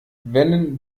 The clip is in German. wenn